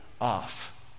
off